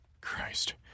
Christ